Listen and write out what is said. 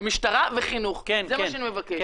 משטרה וחינוך, זה מה שאני מבקשת.